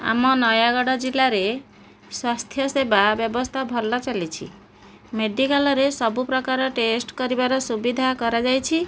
ଆମ ନୟାଗଡ଼ ଜିଲ୍ଲାରେ ସ୍ୱାସ୍ଥ୍ୟ ସେବା ବ୍ୟବସ୍ଥା ଭଲ ଚାଲିଛି ମେଡ଼ିକାଲରେ ସବୁ ପ୍ରକାର ଟେଷ୍ଟ କରିବାର ସୁବିଧା କରାଯାଇଛି